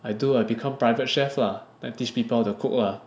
I do I become private chef lah then teach people how to cook lah